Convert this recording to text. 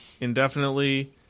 Indefinitely